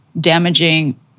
damaging